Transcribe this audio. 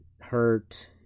hurt